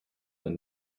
man